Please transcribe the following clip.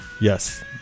Yes